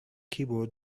keyboard